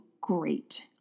great